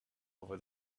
over